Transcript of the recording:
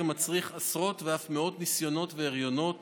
מצריך עשרות ואף מאות ניסיונות והריונות